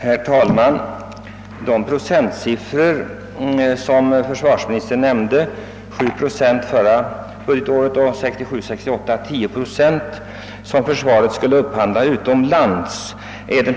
Herr talman! De procentsiffror som försvarsministern nämnde — 7 procent förra budgetåret, ökat till 10 procent 1967/68 — avsåg försvarets upphandling utomlands.